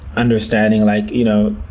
understanding like, you know,